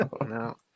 no